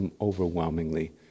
overwhelmingly